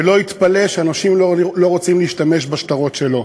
שלא יתפלא שאנשים לא רוצים להשתמש בשטרות שלו.